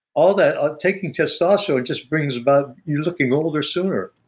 all that ah taking testosterone just brings about you looking older sooner.